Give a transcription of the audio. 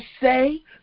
say